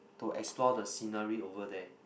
to explore the scenery over there